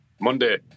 Monday